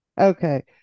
Okay